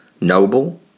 noble